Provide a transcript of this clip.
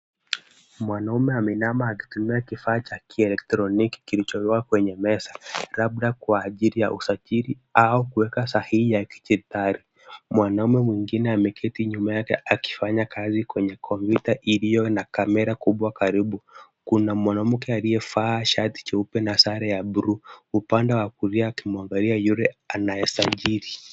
Mwanaume ameinama akitumia kifaa cha kielektroniki kilichowekwa kwenye meza, labda kwa ajili ya usajili au kweka sahihi ya kidijitali. Nwanaume mwengine ameketi nyuma yake akifanya kazi kwenye kompyuta iliyo na camera kubwa karibu. Kuna mwanamke aliyevaa shati jeupe na sare ya blue upande wa kulia, akimwangalia yule anayesajili.